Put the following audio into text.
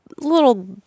little